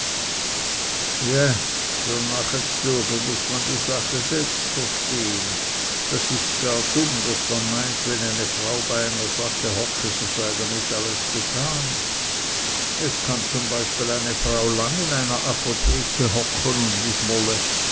jä für nachezluege muß man die sache selbst verstehen das ist gar dumm daß man meint wenn eine frau bei einer sache hocke so sei damit alles getan es kann zum beispiel eine frau lang in einer apothek hocke und